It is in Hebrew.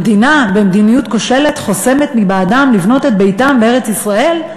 המדינה במדיניות כושלת חוסמת אותם מלבנות את ביתם בארץ-ישראל?